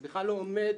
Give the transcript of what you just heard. זה בכלל לא על הפרק.